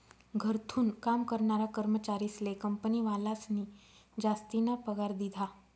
घरथून काम करनारा कर्मचारीस्ले कंपनीवालास्नी जासतीना पगार दिधा